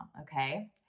okay